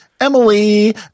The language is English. Emily